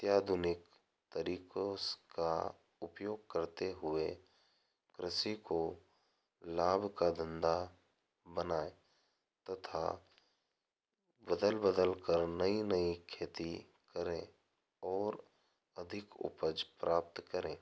त्याधुनिक तरीकों का उपयोग करते हुए कृषि को लाभ का धंधा बनाए तथा बदल बदलकर नई नई खेती करें और अधिक उपज प्राप्त करें